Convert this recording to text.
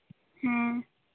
ᱦᱮᱸ